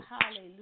Hallelujah